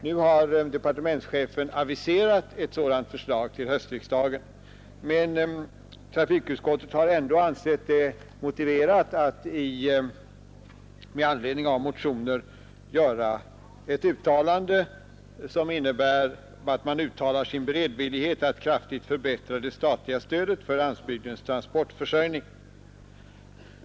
Nu har departementschefen aviserat ett sådant förslag till höstriksdagen, men trafikutskottet har ändå ansett det motiverat att med anledning av motioner göra ett uttalande som innebär att man understryker sin beredvillighet att kraftigt förbättra det statliga stödet för landsbygdens transportförsörjning.